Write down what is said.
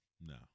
No